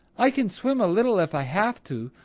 i can swim a little if i have to,